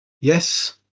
Yes